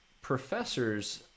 professors